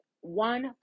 one